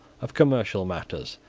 of commercial matters,